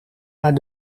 naar